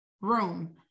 room